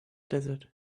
desert